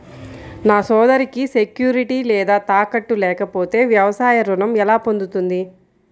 నా సోదరికి సెక్యూరిటీ లేదా తాకట్టు లేకపోతే వ్యవసాయ రుణం ఎలా పొందుతుంది?